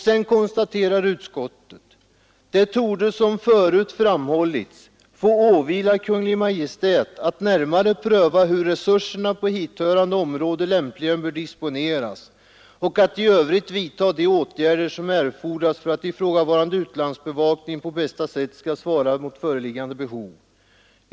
Sedan konstaterar utskottet: ”Det torde som förut framhållits få åvila 93 Kungl. Maj:t att närmare pröva hur resurserna på hithörande område lämpligen bör disponeras och att i övrigt vidta de åtgärder som erfordras för att ifrågavarande utlandsbevakning på bästa sätt skall svara mot föreliggande behov.